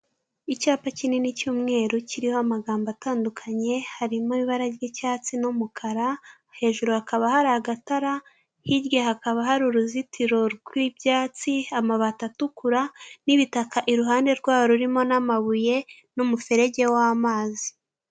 Icyapa kinini cy'umweru kiriho amagambo atandukanye, harimo ibara ry'icyatsi n'umukara, hejuru hakaba hari agatara, hirya hakaba hari uruzitiro rw'ibyatsi, amabati atukura n'ibitaka iruhande rwayo, rurimo n'amabuye n'umuferege w'amazi.